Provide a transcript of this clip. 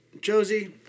Josie